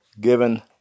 given